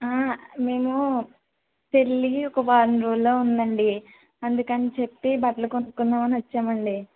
మేము పెళ్ళి ఒక వారం రోజుల్లో ఉందండి అందుకని చెప్పి బట్టలు కొనుక్కుందాము అని వచ్చామండి